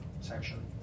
section